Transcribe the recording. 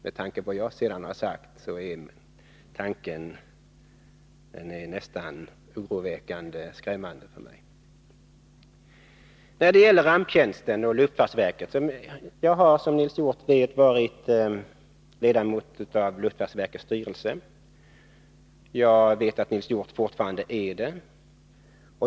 Efter vad jag tidigare har sagt bör Nils Hjorth förstå att den tanken för mig är oroväckande. Och så till ramptjänsten och luftfartsverkets roll i den. Jag har, som Nils Hjorth vet, varit ledamot av luftfartsverkets styrelse. Nils Hjorth är det fortfarande.